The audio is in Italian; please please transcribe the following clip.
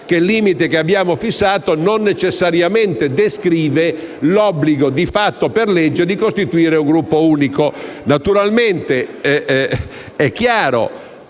il limite che abbiamo fissato non necessariamente descrive l'obbligo di fatto, per legge, di costituire un gruppo unico;